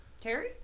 Terry